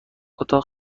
اتاق